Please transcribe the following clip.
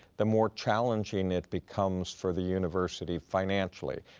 the more challenging it becomes for the university financially.